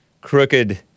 crooked